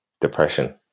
depression